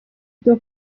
byo